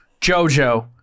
JoJo